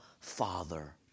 father